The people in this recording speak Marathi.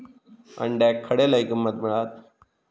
अंड्याक खडे लय किंमत मिळात?